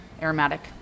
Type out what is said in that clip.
aromatic